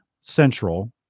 central